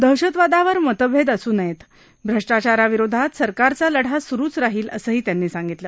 दहशतवादावर मतभेद असू नयेत भ्रष्टाचाराविरोधात सरकारचा लढा सुरुच राहील असंही त्यांनी सांगितलं